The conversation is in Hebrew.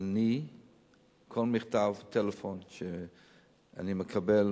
שכל מכתב או טלפון שאני מקבל,